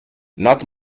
north